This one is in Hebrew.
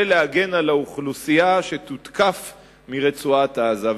להגן על האוכלוסייה שתותקף מרצועת-עזה.